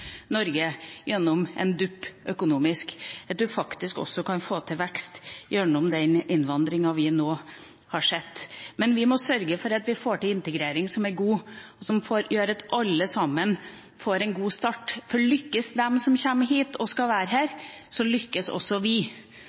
Norge gjennom en dupp økonomisk, at vi faktisk også kan få til vekst gjennom den innvandringa vi nå har sett. Men vi må sørge for at vi får til en god integrering, som gjør at alle sammen får en god start, for lykkes de som kommer hit og skal være her, så lykkes også vi.